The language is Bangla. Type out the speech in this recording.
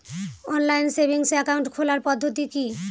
অনলাইন সেভিংস একাউন্ট খোলার পদ্ধতি কি?